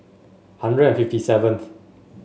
hundred and fifty seventh